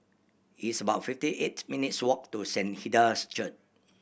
it's about fifty eight minutes' walk to Saint Hilda's Church